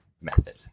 method